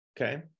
Okay